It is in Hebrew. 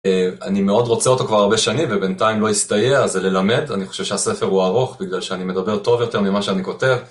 אני מאוד רוצה אותו כבר הרבה שנים ובינתיים לא הסתייע, זה ללמד, אני חושב שהספר הוא ארוך בגלל שאני מדבר טוב יותר ממה שאני כותב.